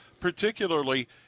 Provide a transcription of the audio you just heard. particularly